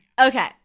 Okay